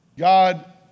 God